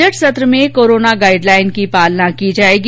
budget सत्र में corona guideline की पालना की जायेगी